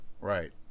Right